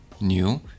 new